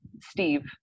Steve